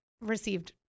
received